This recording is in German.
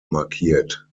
markiert